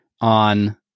on